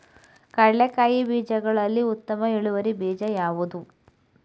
ಕಡ್ಲೆಕಾಯಿಯ ಬೀಜಗಳಲ್ಲಿ ಉತ್ತಮ ಇಳುವರಿ ಬೀಜ ಯಾವುದು?